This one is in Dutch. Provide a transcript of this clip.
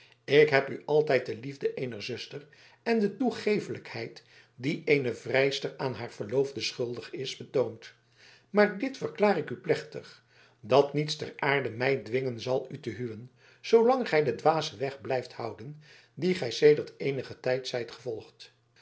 ik heb u altijd de liefde eener zuster en de toegeeflijkheid die eene vrijster aan haar verloofde schuldig is betoond maar dit verklaar ik u plechtig dat niets ter aarde mij dwingen zal u te huwen zoolang gij den dwazen weg blijft houden dien gij sedert eenigen tijd zijt gevolgd